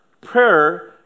prayer